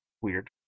weird